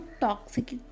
toxic